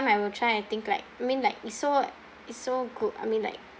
I will try and think like I mean like it's so it's so good I mean like